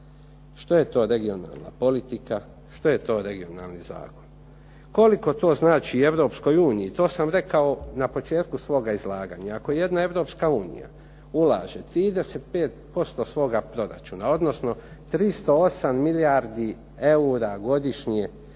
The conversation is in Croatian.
što je to regionalna politika, što je to regionalni zakon. Koliko to znači EU to sam rekao na početku svoga izlaganja. Ako jedna EU ulaže 35% svoga proračuna, odnosno 308 milijardi eura godišnje